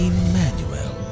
Emmanuel